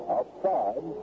Outside